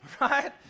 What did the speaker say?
Right